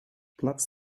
platz